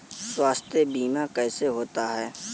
स्वास्थ्य बीमा कैसे होता है?